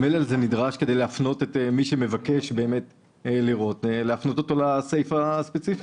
המלל הזה נדרש כדי להפנות את מי שמבקש לסעיף הספציפי.